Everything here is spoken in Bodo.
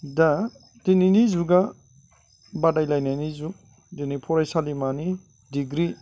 दा दिनैनि जुगा बादायलायनायनि जुग दिनै फरायसालिमानि डिग्रिखौ